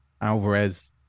Alvarez